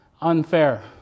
unfair